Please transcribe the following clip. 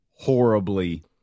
horribly